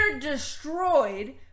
destroyed